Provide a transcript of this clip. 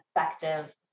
effective